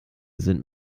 sind